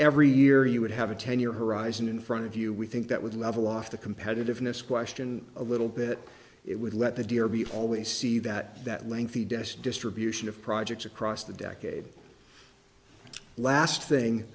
every year you would have a ten year horizon in front of you we think that would level off the competitiveness question a little bit it would let the dealer be always see that that lengthy dest distribution of projects across the decade last